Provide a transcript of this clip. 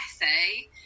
essay